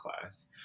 class